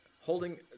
holding